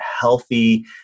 healthy